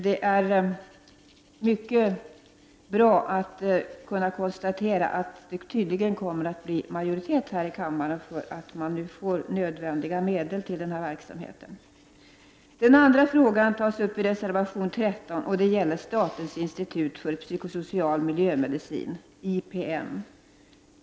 Det är mycket bra att nu kunna konstatera att det tydligen kommer att bildas majoritet för att anslå nödvändiga medel till denna verksamhet. Den andra frågan som jag vill diskutera tas upp i reservation 13. Det gäller statens institut för psykosocial miljömedicin, IPM.